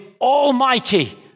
Almighty